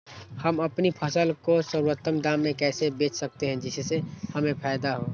हम अपनी फसल को सर्वोत्तम दाम में कैसे बेच सकते हैं जिससे हमें फायदा हो?